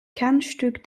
kernstück